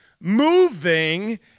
moving